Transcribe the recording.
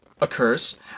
occurs